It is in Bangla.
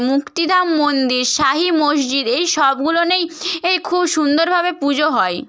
মুক্তিধাম মন্দির শাহি মসজিদ এই সবগুলো নিয়েই এই খুব সুন্দরভাবে পুজো হয়